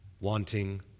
wanting